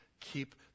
Keep